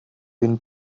been